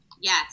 Yes